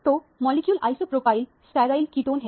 तो molecule isopropyl styryl ketone है